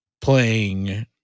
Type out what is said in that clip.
playing